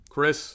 Chris